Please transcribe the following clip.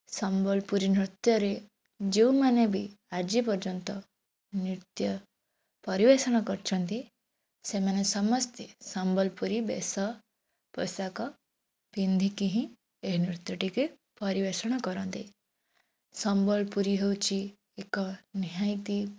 ସମ୍ବଲପୁରୀ ନୃତ୍ୟରେ ଯେଉଁମାନେ ବି ଆଜି ପର୍ଯ୍ୟନ୍ତ ନୃତ୍ୟ ପରିବେଷଣ କରିଛନ୍ତି ସେମାନେ ସମସ୍ତେ ସମ୍ବଲପୁରୀ ବେଶ ପୋଷାକ ପିନ୍ଧିକି ହିଁ ଏହି ନୃତ୍ୟଟିକୁ ପରିବେଷଣ କରନ୍ତି ସମ୍ବଲପୁରୀ ହେଉଛି ଏକ ନିହାତି